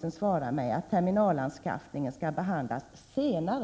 kassornas terminalanskaffning skall behandlas senare.